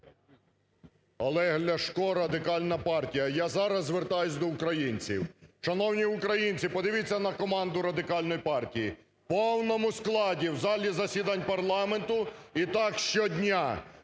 Олег Ляшко, Радикальна партія. Я зараз звертаюсь до українців. Шановні українці, подивіться на команду Радикальної партії: в повному складі в залі засідань парламенту і так щодня.